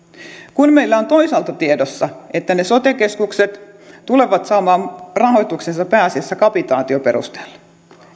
kun meillä on toisaalta tiedossa että ne sote keskukset tulevat saamaan rahoituksensa pääasiassa kapitaatioperusteella